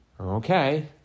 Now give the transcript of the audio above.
Okay